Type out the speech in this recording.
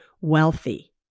wealthy